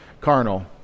carnal